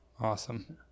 Awesome